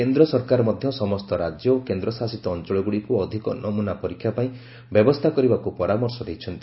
କେନ୍ଦ୍ର ସରକାର ମଧ୍ୟ ସମସ୍ତ ରାଜ୍ୟ ଓ କେନ୍ଦ୍ରଶାସିତ ଅଞ୍ଚଳଗୁଡ଼ିକୁ ଅଧିକ ନମୁନା ପରୀକ୍ଷା ପାଇଁ ବ୍ୟବସ୍ଥା କରିବାକୁ ପରାମର୍ଶ ଦେଇଛନ୍ତି